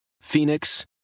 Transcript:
Phoenix